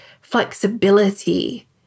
flexibility